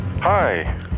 Hi